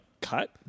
cut